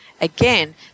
Again